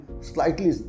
slightly